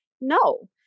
No